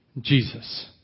Jesus